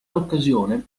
occasione